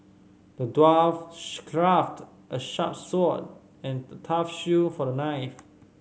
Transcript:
the dwarf crafted a sharp sword and tough shield for the knight